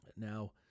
Now